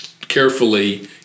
carefully